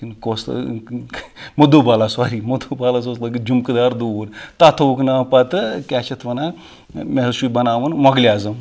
کِنہٕ کۄس مدھوٗبالا ساری متھوٗبالَس اوس لٲگِتھ جھُمکہٕ دار دوٗر تَتھ تھووُکھ ناو پَتہٕ کیٛاہ چھِ اَتھ وَنان مےٚ حظ چھُے بَناوُن مۄغلہِ اعظم